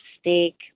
steak